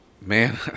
man